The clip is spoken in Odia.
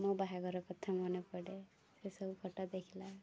ମୋ ବାହାଘର କଥା ମନେ ପଡ଼େ ସେସବୁ ଫଟୋ ଦେଖିଲା